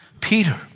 Peter